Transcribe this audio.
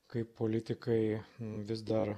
kaip politikai vis dar